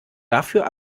dafür